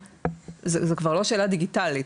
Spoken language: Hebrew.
זו כבר לא שאלה דיגיטלית,